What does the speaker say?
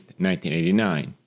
1989